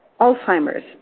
Alzheimer's